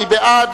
מי בעד?